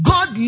God